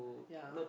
ya